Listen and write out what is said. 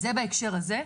זה בהקשר הזה.